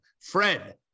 Fred